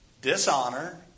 Dishonor